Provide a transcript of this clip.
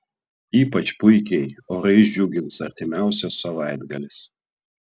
ypač puikiai orais džiugins artimiausias savaitgalis